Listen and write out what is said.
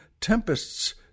tempests